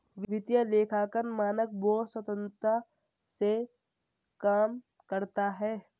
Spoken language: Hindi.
वित्तीय लेखांकन मानक बोर्ड स्वतंत्रता से काम करता है